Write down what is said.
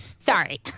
Sorry